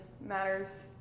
matters